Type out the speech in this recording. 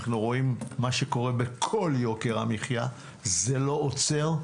אנחנו רואים מה שקורה בכל יוקר המחיה, זה לא עוצר.